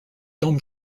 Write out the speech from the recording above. dome